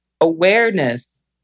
awareness